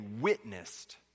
witnessed